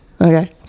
okay